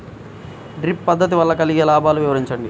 Drip పద్దతి వల్ల కలిగే లాభాలు వివరించండి?